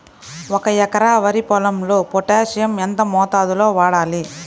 ఒక ఎకరా వరి పొలంలో పోటాషియం ఎంత మోతాదులో వాడాలి?